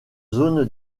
zone